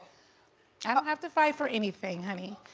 i don't have to fight for anything, honey.